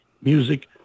music